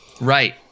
right